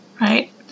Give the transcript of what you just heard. Right